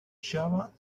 java